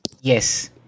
Yes